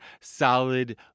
solid